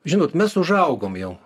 žinot mes užaugom jau